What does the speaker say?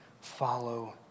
follow